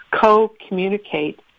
co-communicate